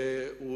בעיני.